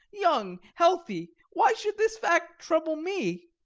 young, healthy why should this fact trouble me.